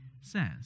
says